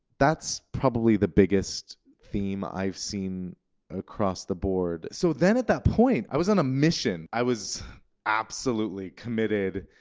that's probably the biggest theme i've seen across the board. and so then, at that point, i was on a mission i was absolutely committed,